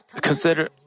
consider